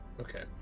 Okay